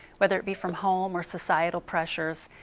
whether it be from home or societal pressure,